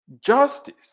justice